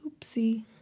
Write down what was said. oopsie